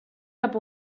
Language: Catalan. cap